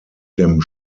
dem